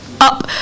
up